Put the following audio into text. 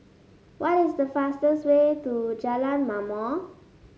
what is the fastest way to Jalan Ma'mor